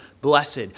blessed